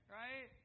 right